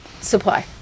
Supply